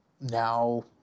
now